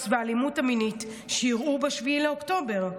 והאלימות המינית שאירעו ב-7 באוקטובר,